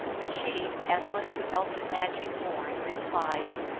but she, as one to elfin magic born, replied,